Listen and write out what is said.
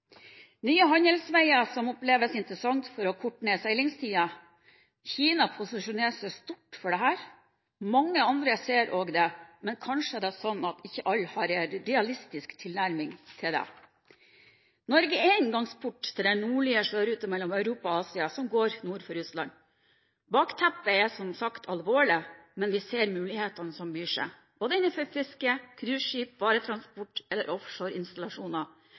Nye handelsveier, som oppleves interessant for å korte ned korte ned seilingstider. Kina posisjonerer seg stort for dette. Også mange andre ser dette, men det er kanskje slik at ikke alle har en realistisk tilnærming til det. Norge er inngangsport til den nordlige sjøruten mellom Europa og Asia som går nord for Russland. Bakteppet er som sagt alvorlig, men vi ser mulighetene som byr seg både innenfor fiske, cruiseskip, varetransport og offshoreinstallasjoner,